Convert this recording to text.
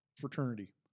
fraternity